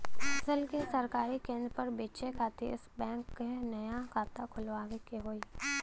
फसल के सरकारी केंद्र पर बेचय खातिर का बैंक में नया खाता खोलवावे के होई?